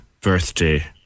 birthday